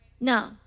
No